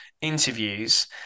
interviews